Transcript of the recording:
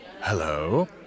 Hello